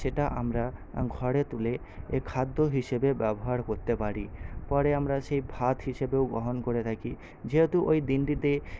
সেটা আমরা ঘরে তুলে খাদ্য হিসেবে ব্যবহার করতে পারি পরে আমরা সেই ভাত হিসেবেও গ্রহণ করে থাকি যেহেতু ওই দিনটিতে